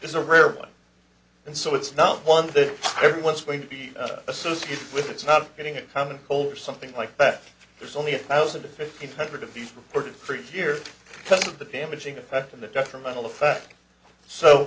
is a rare one and so it's not one that everyone is going to be associated with it's not hitting a common goal or something like that there's only a thousand or fifteen hundred of these reported for years because of the damage in effect in the detrimental effect so